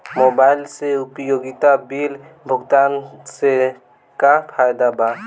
Mobile से उपयोगिता bill भुगतान से का फायदा बा?